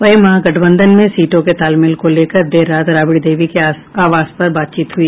वहीं महागठबंधन में सीटों के तालमेल को लेकर देर रात राबड़ी देवी के आवास पर बातचीत हुई